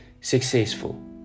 successful